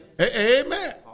Amen